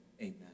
Amen